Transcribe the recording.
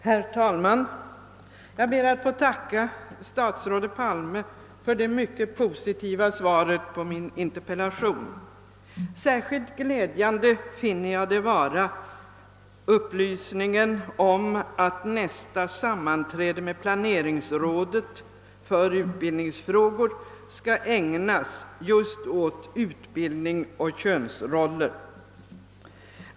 Herr talman! Jag ber att få tacka statsrådet Palme för det mycket positiva svaret på min interpellation. Särskilt glädjande finner jag upplys ningen om att nästa sammanträde med planeringsrådet för utbildningsfrågor skall ägnas just åt frågan om utbildning och könsroller.